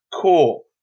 Cool